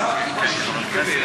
אני מקווה שההצעה הדחופה שלי תתקבל.